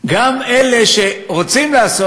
גם אלה שרוצים לעשות,